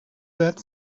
that